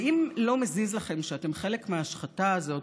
ואם לא מזיז לכם שאתם חלק מההשחתה הזאת,